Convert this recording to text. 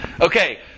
Okay